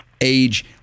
age